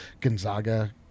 Gonzaga